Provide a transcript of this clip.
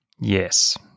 Yes